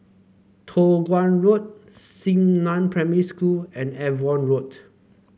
Toh Guan Road Xingnan Primary School and Avon Road